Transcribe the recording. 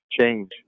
change